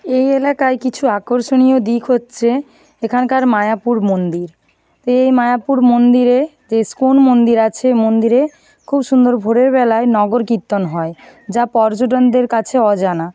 এই এলাকায় কিছু আকর্ষণীয় দিক হচ্ছে এখানকার মায়াপুর মন্দির তো এই মায়াপুর মন্দিরে যে ইসকন মন্দির আছে মন্দিরে খুব সুন্দর ভোরের বেলায় নগরকীর্তন হয় যা পর্যটনদের কাছে অজানা